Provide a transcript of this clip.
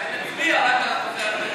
אולי נצביע רק על הנושא הזה?